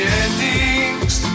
endings